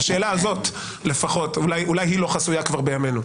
השאלה הזאת לפחות, אולי היא כבר לא חסויה בימינו.